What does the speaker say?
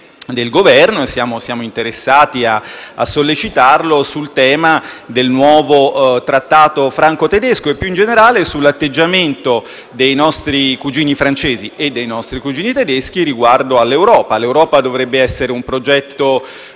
del Governo - e siamo interessati a sollecitarla - sul tema del nuovo trattato franco-tedesco e, più in generale, sull'atteggiamento dei nostri cugini francesi e dei nostri cugini tedeschi riguardo all'Europa. L'Europa dovrebbe essere un progetto